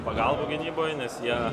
pagalbų gynyboj nes jie